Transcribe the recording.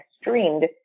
streamed